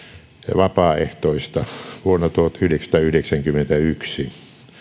vapaaehtoista vuonna tuhatyhdeksänsataayhdeksänkymmentäyksi